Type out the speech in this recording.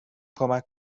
کمک